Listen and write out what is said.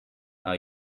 are